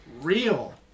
real